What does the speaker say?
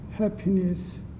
Happiness